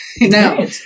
Now